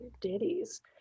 ditties